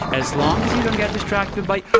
as long as you don't get distracted by.